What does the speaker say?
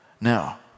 Now